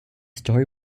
story